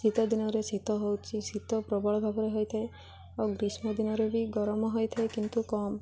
ଶୀତ ଦିନରେ ଶୀତ ହେଉଛି ଶୀତ ପ୍ରବଳ ଭାବରେ ହୋଇଥାଏ ଆଉ ଗ୍ରୀଷ୍ମ ଦିନରେ ବି ଗରମ ହୋଇଥାଏ କିନ୍ତୁ କମ୍